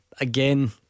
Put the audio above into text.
Again